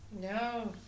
No